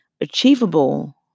achievable